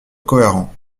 cohérent